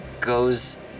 goes